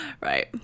Right